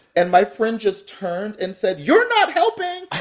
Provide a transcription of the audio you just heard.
and my friend just turned and said, you're not helping